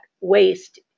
waste